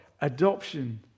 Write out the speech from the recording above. adoption